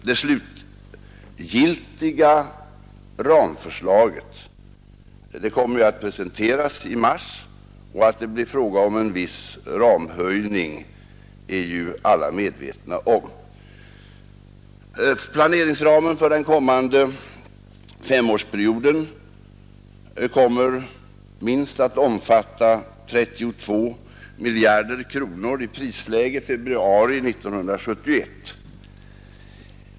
Det slutliga ramförslaget kommer att presenteras i mars, och att det blir fråga om en viss ramhöjning är ju alla medvetna om. Planeringsramen för den kommande femårsperioden kommer att omfatta minst 32 miljarder kronor i prisläge februari 1971.